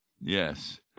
Yes